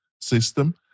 system